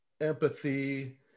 empathy